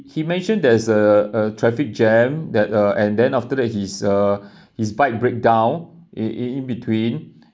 he mentioned there's a a traffic jam that uh and then after that his uh his bike breakdown in~ in between